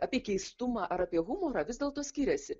apie keistumą ar apie humorą vis dėlto skiriasi